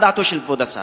מה דעתו של כבוד השר?